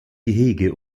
gehege